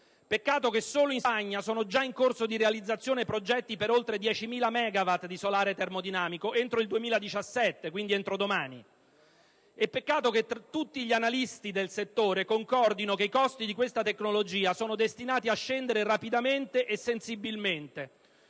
Peccato che solo in Spagna sono già in corso di realizzazione progetti per oltre 10.000 MW di solare termodinamico entro il 2017, quindi entro domani. E peccato che tutti gli analisti del settore concordino che i costi di questa tecnologia sono destinati a scendere rapidamente e sensibilmente,